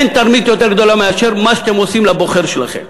אין תרמית יותר גדולה מאשר מה שאתם עושים לבוחר שלכם.